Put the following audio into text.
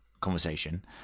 conversation